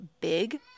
big